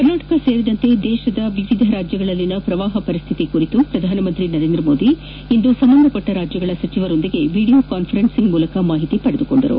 ಕರ್ನಾಟಕ ಸೇರಿದಂತೆ ದೇಶದ ವಿವಿಧ ರಾಜ್ಯಗಳಲ್ಲಿನ ಪ್ರವಾಹ ಪರಿಸ್ವಿತಿ ಕುರಿತು ಪ್ರಧಾನಮಂತ್ರಿ ನರೇಂದ್ರ ಮೋದಿ ಇಂದು ಸಂಬಂಧಪಟ್ಟ ರಾಜ್ಞಗಳ ಸಚಿವರೊಂದಿಗೆ ವಿಡಿಯೊ ಕಾಸ್ಪರೆನ್ಸ್ ಮೂಲಕ ಮಾಹಿತಿ ಪಡೆದುಕೊಂಡರು